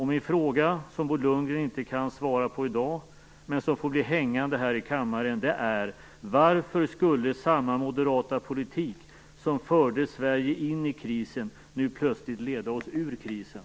Min fråga, som Bo Lundgren inte kan svara på i dag men som får bli hängande kvar här i luften, är: Varför skulle samma moderata politik som förde Sverige in i krisen nu plötsligt leda oss ur krisen?